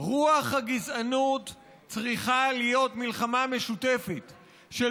רוח הגזענות צריכה להיות מלחמה משותפת של